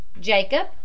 Jacob